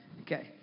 Okay